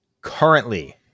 currently